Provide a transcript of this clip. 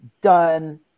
done